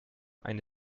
eine